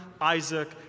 Isaac